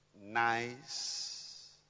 Nice